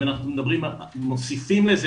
אם אנחנו מוסיפים לזה,